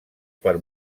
per